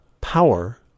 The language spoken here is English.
power